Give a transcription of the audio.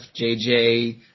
JJ